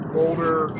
Boulder